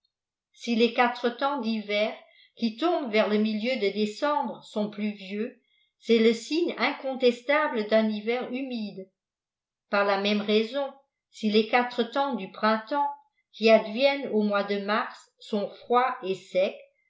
si les quatre-temps d hiver qui tombent vers le milieu de décembre sont pluvieux c'est le signe incontestable d'un hiver humide par la même raison si les quatre-temps du printemps qui advfennent au mois de mars sont froids et secs